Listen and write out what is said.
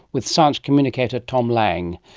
with science communicator tom lang.